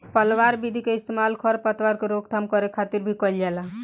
पलवार विधि के इस्तेमाल खर पतवार के रोकथाम करे खातिर भी कइल जाला